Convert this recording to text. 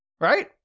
Right